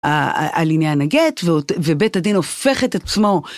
על עניין הגט ובית הדין הופך את עצמו.